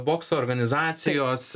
bokso organizacijos